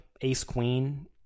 ace-queen